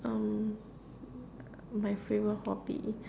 um my favourite hobby